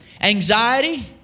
anxiety